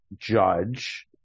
judge